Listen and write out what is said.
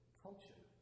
culture